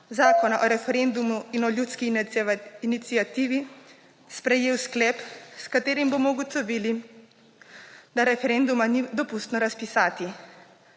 Zakona o referendumu in o ljudski iniciativi sprejel sklep, s katerim bomo ugotovili, da referenduma ni dopustno razpisati.